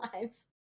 lives